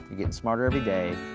getting smarter every day,